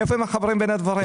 מאיפה הם מחברים בין הדברים?